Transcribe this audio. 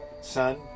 Son